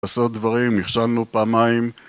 עשו דברים, נכשלנו פעמיים